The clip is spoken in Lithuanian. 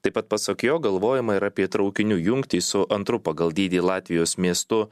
taip pat pasak jo galvojama ir apie traukinių jungtį su antru pagal dydį latvijos miestu